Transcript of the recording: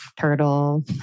turtle